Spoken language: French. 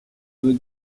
veux